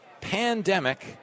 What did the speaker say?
pandemic